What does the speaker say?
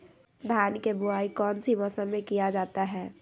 धान के बोआई कौन सी मौसम में किया जाता है?